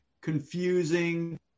confusing